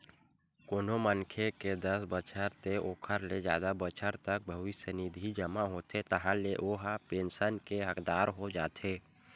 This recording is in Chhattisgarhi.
कोनो मनखे के दस बछर ते ओखर ले जादा बछर तक भविस्य निधि जमा होथे ताहाँले ओ ह पेंसन के हकदार हो जाथे